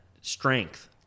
strength